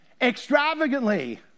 Extravagantly